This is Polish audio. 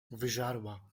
wyżarła